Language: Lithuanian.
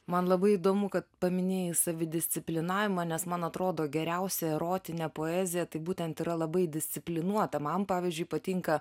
man labai įdomu kad paminėjai savidisciplinavimą nes man atrodo geriausia erotinė poezija tai būtent yra labai disciplinuota man pavyzdžiui patinka